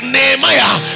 Nehemiah